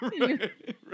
Right